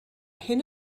hyn